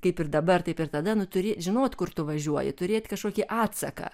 kaip ir dabar taip ir tada turi žinot kur tu važiuoji turėt kažkokį atsaką